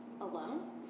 alone